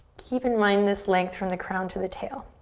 keep in mind this length from the crown to the tail.